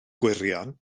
gwirion